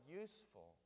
useful